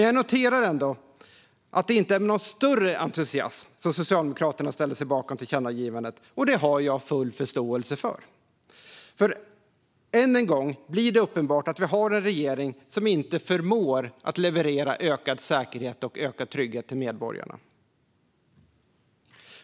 Jag noterar ändå att det inte är med någon större entusiasm som Socialdemokraterna ställer sig bakom tillkännagivandet. Det har jag full förståelse för, för än en gång blir det uppenbart att vi har en regering som inte förmår att leverera ökad säkerhet och trygghet till medborgarna.